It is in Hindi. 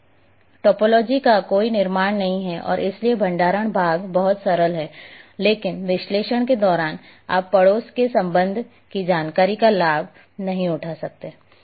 चूंकि टोपोलॉजी का कोई निर्माण नहीं है और इसलिए भंडारण भाग बहुत सरल है लेकिन विश्लेषण के दौरान आप पड़ोस के संबंध की जानकारी का लाभ नहीं उठा सकते हैं